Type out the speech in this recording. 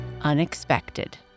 unexpected